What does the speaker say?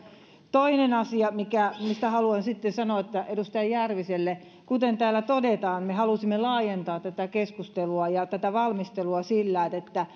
toinen asia mistä haluan sanoa edustaja järviselle kuten täällä todetaan me halusimme laajentaa tätä keskustelua ja tätä valmistelua